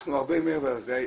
אנחנו הרבה מעבר לזה.